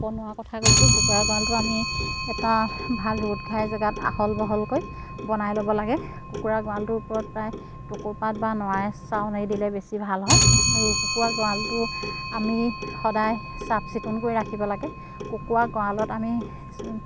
বনোৱা কথা কৈছোঁ কুকুৰা গঁৰালটো আমি এটা ভাল ৰ'দ ঘাই জেগাত আহল বহলকৈ বনাই ল'ব লাগে কুকুৰা গঁৰালটোৰ ওপৰত প্ৰায় টকৌ পাত বা নৰাৰে দিলে বেছি ভাল হয় আৰু কুকুৰা গঁৰালটো আমি সদায় চাফ চিকুণকৈ ৰাখিব লাগে কুকুৰা গঁৰালত আমি